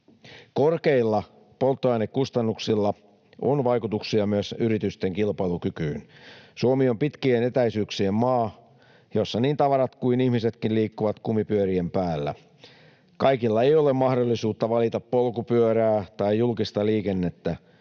Korkeilla polttoainekustannuksilla on vaikutuksia myös yritysten kilpailukykyyn. Suomi on pitkien etäisyyksien maa, jossa niin tavarat kuin ihmisetkin liikkuvat kumipyörien päällä. Kaikilla ei ole mahdollisuutta valita polkupyörää tai julkista liikennettä.